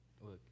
Look